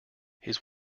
his